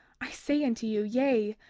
i say unto you, yea,